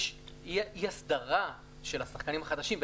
יש אי הסדרה של השחקנים החדשים.